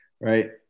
right